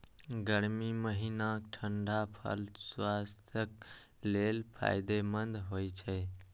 गर्मी महीनाक ठंढा फल स्वास्थ्यक लेल फायदेमंद होइ छै